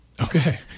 Okay